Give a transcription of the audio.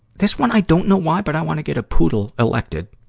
this one, i don't know why, but i wanna get a poodle elected,